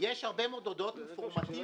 יש הרבה מאוד הודעות אינפורמטיביות.